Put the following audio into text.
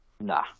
nah